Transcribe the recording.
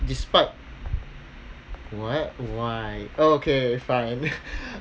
despite what why okay fine